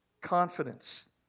confidence